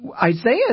Isaiah